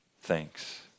thanks